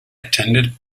attended